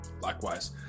likewise